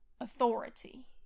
authority